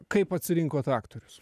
kaip atsirinkot aktorius